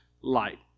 light